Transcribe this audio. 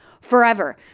forever